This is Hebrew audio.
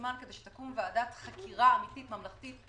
זמן כדי שתקום ועדת חקירה אמיתית ממלכתית.